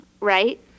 right